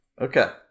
okay